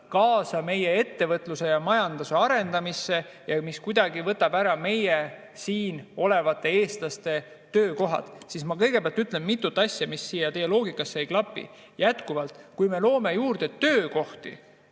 kaasa meie ettevõtluse ja majanduse arendamisele ja mis kuidagi võtab ära meie, siin olevate eestlaste töökohad. Ma kõigepealt ütlen, et on mitu asja, mis teie loogikas ei klapi. Kui me loome juurde töökohti,